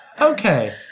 Okay